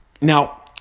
now